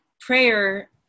prayer